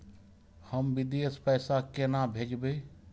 हम विदेश पैसा केना भेजबे?